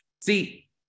See